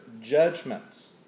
judgments